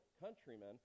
countrymen